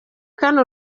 kane